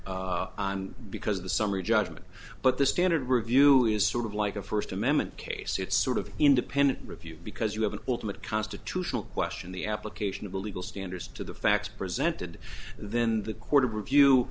case because the summary judgment but the standard review is sort of like a first amendment case it's sort of independent review because you have an ultimate constitutional question the application of the legal standards to the facts presented then the court of review